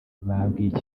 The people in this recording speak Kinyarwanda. babwiye